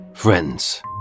Friends